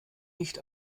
nicht